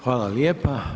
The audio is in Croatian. Hvala lijepa.